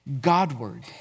Godward